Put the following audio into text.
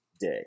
day